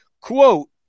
quote